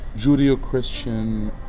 Judeo-Christian